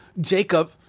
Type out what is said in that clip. Jacob